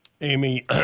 Amy